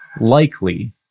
likely